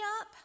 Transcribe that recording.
up